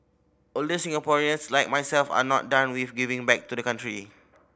older Singaporeans like myself are not done with giving back to the country